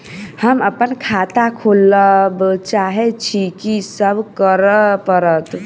हम अप्पन खाता खोलब चाहै छी की सब करऽ पड़त?